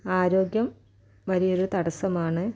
ആരോഗ്യം വലിയൊരു തടസമാണ്